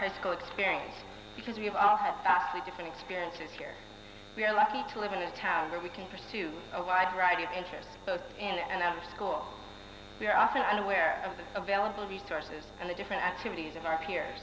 high school experience because we have all had three different experiences here we are lucky to live in a town where we can pursue a wide variety of interests both in and out of school we are often unaware of the available resources and the different activities of our peers